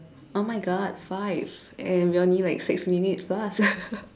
oh my god five and we're only like six minutes plus